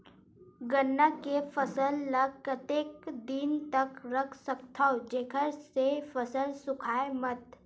गन्ना के फसल ल कतेक दिन तक रख सकथव जेखर से फसल सूखाय मत?